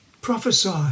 prophesy